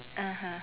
(uh huh)